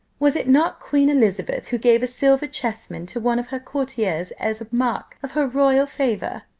was it not queen elizabeth who gave a silver chess-man to one of her courtiers as a mark of her royal favour?